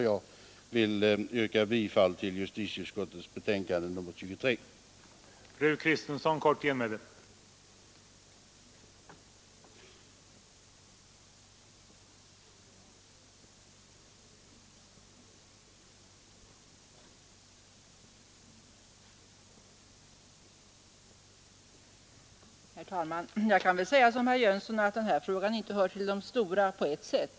Jag yrkar bifall till juristieutskottets hemställan i dess betänkande nr 235